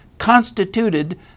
constituted